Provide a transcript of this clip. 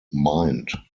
mind